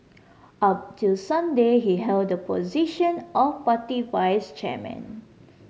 up till Sunday he held the position of party vice chairman